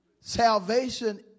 Salvation